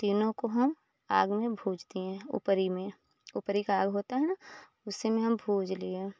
तीनों को हम आग में भूज दिए हैं ऊपरी में ऊपरी का आग होता है ना उसी में हम भूज लिए